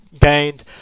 gained